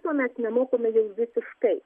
tuomet nemokome jau visiškai